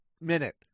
minute